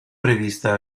prevista